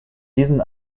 diesem